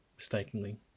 mistakenly